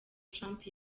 trump